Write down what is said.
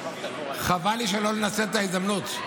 חבל לי לא לנצל את ההזדמנות.